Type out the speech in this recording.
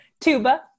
Tuba